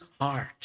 heart